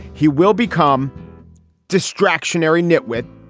he will become distraction every nitwit.